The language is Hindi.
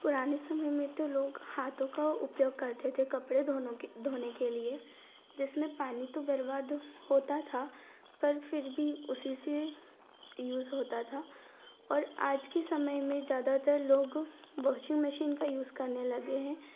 पुराने समय में तो लोग हाथों का उपयोग करते थे कपड़े धोनो के धोने के लिए जिसमें पानी तो बरबाद होता था पर फिर भी उसी से यूज़ होता था और आज के समय में ज्यादातर लोग वाशिंग मशीन का यूज़ करने लगे हैं